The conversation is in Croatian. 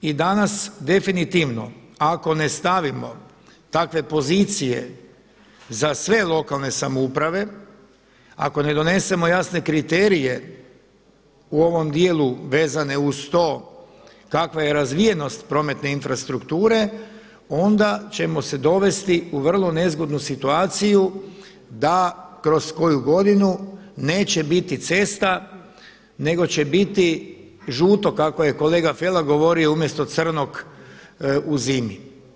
I danas, definitivno ako ne stavimo takve pozicije za sve lokalne samouprave, ako ne donesemo jasne kriterije u ovom dijelu vezane uz to kakva je razvijenost prometne infrastrukture onda ćemo se dovesti u vrlo nezgodnu situaciju da kroz koju godinu neće biti cesta nego će biti žuto kako je kolega Felak govorio umjesto crnog u zimi.